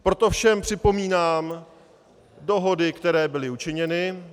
Proto všem připomínám dohody, které byly učiněny.